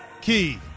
key